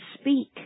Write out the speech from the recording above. speak